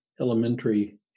elementary